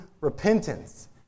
repentance